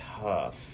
tough